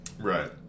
Right